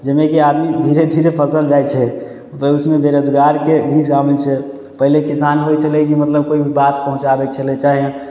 जाहिमे कि आदमी धीरे धीरे फँसल जाइ छै उसमे बेरोजगारके भी काम छै पहिले किसान होइ छलै कि मतलब कोइ बात पहुँचाबय छलै चाहे